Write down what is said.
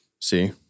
See